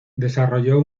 desarrolló